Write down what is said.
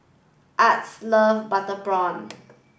Ardis love butter prawn